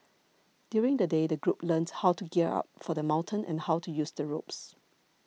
during the day the group learnt how to gear up for the mountain and how to use the ropes